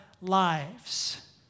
lives